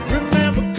Remember